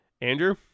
Andrew